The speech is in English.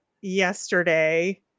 yesterday